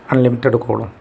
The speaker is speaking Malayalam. അൺലിറ്റഡ് കോളും